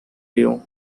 you